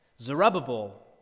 Zerubbabel